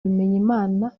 bimenyimana